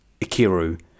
Ikiru